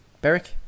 Beric